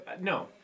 No